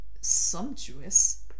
Sumptuous